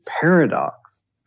paradox